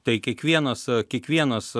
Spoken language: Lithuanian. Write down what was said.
tai kiekvienas kiekvienas